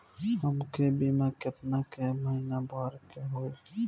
हमके बीमा केतना के महीना भरे के होई?